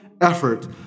effort